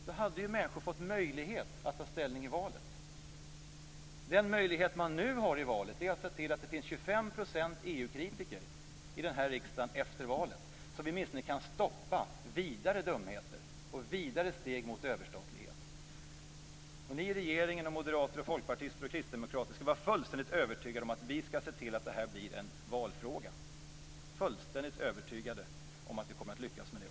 Då skulle människor ha fått möjlighet att ta ställning i valet. Den möjlighet man nu har i valet är att se till att det finns 25 % EU kritiker i denna riksdag efter valet så att vi åtminstone kan stoppa vidare dumheter och vidare steg mot överstatlighet. Ni i regeringen och ni moderater, folkpartister och kristdemokrater skall vara fullständigt övertygade om att vi skall se till att det här blir en valfråga. Vi är fullständigt övertygade om att vi kommer att lyckas med det.